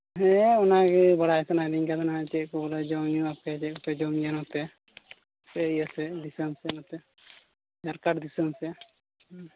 ᱦᱮᱸ ᱚᱱᱟ ᱜᱮ ᱵᱟᱲᱟᱭ ᱥᱟᱱᱟᱭᱤᱫᱤᱧ ᱠᱟᱱ ᱛᱟᱦᱮᱱᱟᱜ ᱪᱮᱫ ᱠᱚ ᱵᱚᱞᱮ ᱡᱚᱢᱼᱧᱩ ᱟᱯᱮ ᱪᱮᱫ ᱯᱮ ᱡᱚᱢᱼᱧᱩᱭᱟ ᱥᱮ ᱤᱭᱟᱹ ᱥᱮᱫ ᱫᱤᱥᱚᱢ ᱥᱮᱫ ᱡᱷᱟᱨᱠᱷᱚᱸᱰ ᱫᱤᱥᱚᱢ ᱥᱮᱫ